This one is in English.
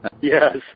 Yes